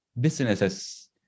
businesses